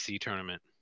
tournament